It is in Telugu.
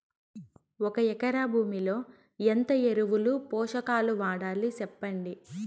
ఒక ఎకరా భూమిలో ఎంత ఎరువులు, పోషకాలు వాడాలి సెప్పండి?